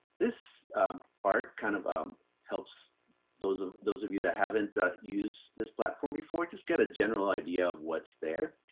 this part kind of helps those of those of you that haven't used this platform before, just get a general idea of what's there.